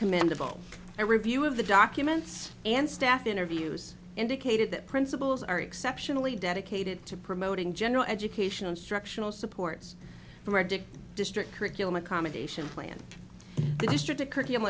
commendable a review of the documents and staff interviews indicated that principals are exceptionally dedicated to promote in general education instructional supports district curriculum accommodation plan the district a curriculum